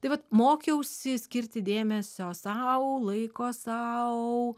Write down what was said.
tai vat mokiausi skirti dėmesio sau laiko sau